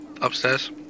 upstairs